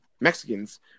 mexicans